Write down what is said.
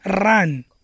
run